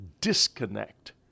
disconnect